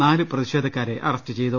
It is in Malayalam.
നാല് പ്രതിഷേധക്കാരെ അറസ്റ്റ് ചെയ്തു